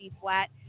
flat